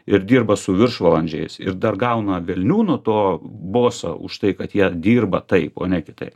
ir dirba su viršvalandžiais ir dar gauna velnių nuo to boso už tai kad jie dirba taip o ne kitaip